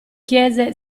chiese